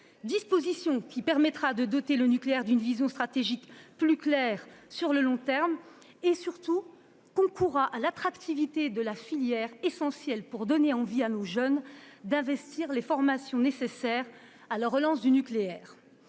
disposition permettra de doter le nucléaire d'une vision stratégique plus claire et de long terme, et concourra à l'attractivité de la filière, qui est essentielle pour donner envie à nos jeunes de suivre les formations nécessaires à la relance du nucléaire.